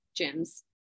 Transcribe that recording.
gyms